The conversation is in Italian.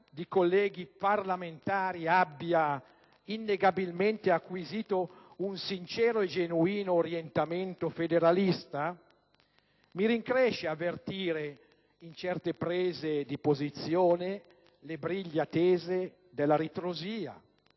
di colleghi parlamentari abbia innegabilmente acquisito un sincero e genuino orientamento federalista, mi rincresce avvertire in certe prese di posizione le briglie tese della ritrosia,